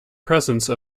presence